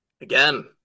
Again